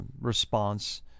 response